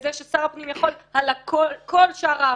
לכך ששר הפנים יכול עדיין שלא להסכים על כל שאר העבירות,